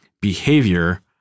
behavior